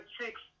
six